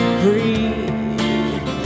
breathe